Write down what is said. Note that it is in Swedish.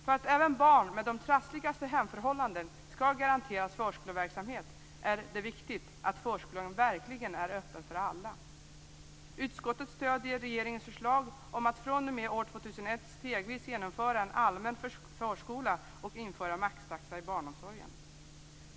För att även barn med de trassligaste hemförhållandena skall garanteras förskoleverksamhet är det viktigt att förskolan verkligen är öppen för alla. år 2001 stegvis genomföra en allmän förskola och införa maxtaxa i barnomsorgen.